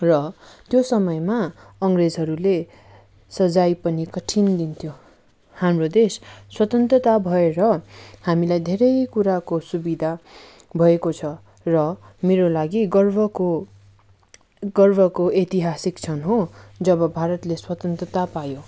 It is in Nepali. र त्यो समयमा अङ्ग्रेजहरूले सजाय पनि कठिन दिन्थ्यो हाम्रो देश स्वतन्त्रता भएर हामीलाई धेरै कुराको सुविधा भएको छ र मेरो लागि गर्वको गर्वको ऐतिहासिक क्षण हो जब भारतले स्वतन्त्रता पायो